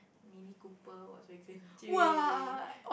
mini cooper Volkswagen !chey!